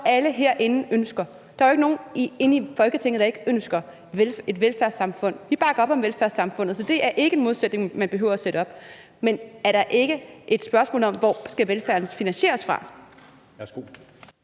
alle herinde ønsker. Der er jo ikke nogen i Folketinget, der ikke ønsker et velfærdssamfund. Vi bakker op om velfærdssamfundet, så det er ikke en modsætning, man behøver at sætte op. Men er der ikke et spørgsmål om, hvor velfærden skal finansieres fra?